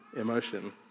emotion